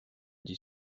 des